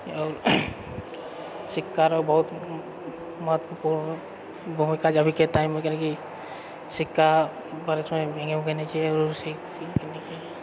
आओर सिक्का रऽ बहुत महत्वपूर्ण भूमिका जे अभीके टाइममे जे सिक्का बारिशमे भिगै ऊगै नही छै आओर